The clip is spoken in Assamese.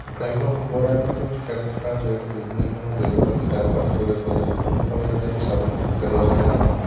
গ্ৰাম্য় সম্প্ৰদায়ৰ মাজত খেল খেলাৰ জৰিয়তে বিভিন্ন ধৰণৰ দক্ষতা বিকাশ হোৱা দেখিবলৈ পোৱা যায় পোন প্ৰথমে যদি আমি চাবলৈ যাওঁ খেলৰ জৰিয়তে আমাৰ